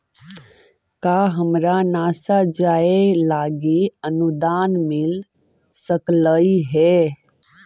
का हमरा नासा जाये लागी अनुदान मिल सकलई हे?